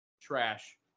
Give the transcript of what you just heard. Trash